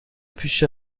پیش